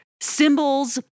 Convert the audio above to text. Symbols